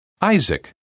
Isaac